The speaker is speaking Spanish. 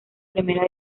primera